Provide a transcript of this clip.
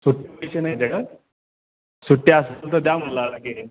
सुटे पैसे नाहीच आहे का सुटे असतील तर द्या मला लगेच